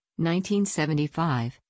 1975